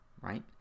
right